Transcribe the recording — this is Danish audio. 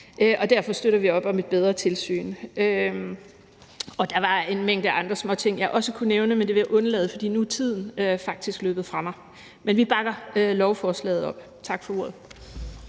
og derfor støtter vi op om et bedre tilsyn. Der var en mængde andre småting, jeg også kunne nævne, men det vil jeg undlade, for nu er tiden faktisk løbet fra mig. Vi bakker op om lovforslaget. Tak for ordet.